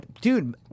Dude